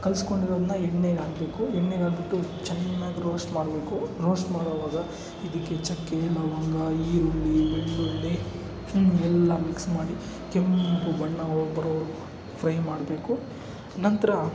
ಕಲ್ಸ್ಕೊಂಡಿರೋದನ್ನ ಎಣ್ಣೆಗೆ ಹಾಕಬೇಕು ಎಣ್ಣೆಗೆ ಹಾಕಿಬಿಟ್ಟು ಚೆನ್ನಾಗಿ ರೋಸ್ಟ್ ಮಾಡಬೇಕು ರೋಸ್ಟ್ ಮಾಡುವಾಗ ಇದಕ್ಕೆ ಚಕ್ಕೆ ಲವಂಗ ಈರುಳ್ಳಿ ಬೆಳ್ಳುಳ್ಳಿ ಎಲ್ಲ ಮಿಕ್ಸ್ ಮಾಡಿ ಕೆಂಪು ಬಣ್ಣ ಹೋಗಿ ಬರೋವರೆಗೂ ಫ್ರೈ ಮಾಡಬೇಕು ನಂತರ